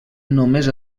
només